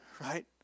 Right